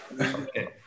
Okay